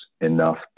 enough